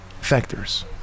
factors